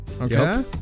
Okay